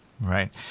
Right